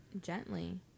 gently